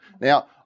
Now